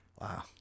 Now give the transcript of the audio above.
Wow